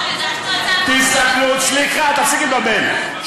סליחה, תפסיקי לבלבל.